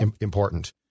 important